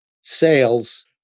sales